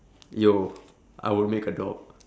yo I will make a dog